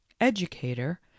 educator